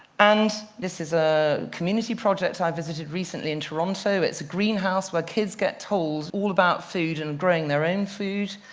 and this is a community project i visited recently in toronto. it's a greenhouse, where kids get told all about food and growing their own food.